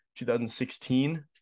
2016